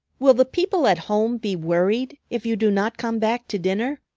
will the people at home be worried if you do not come back to dinner?